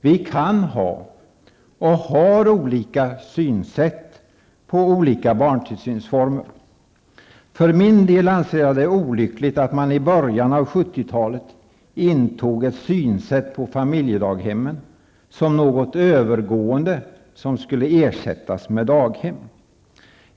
Vi kan ha -- och har -- olika synsätt på olika barntillsynsformer. Jag anser för min del att det var olyckligt att man i början av 1970-talet såg familjedaghemmen som något övergående som skulle ersättas med daghem.